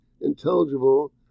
intelligible